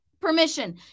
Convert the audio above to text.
permission